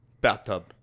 Bathtub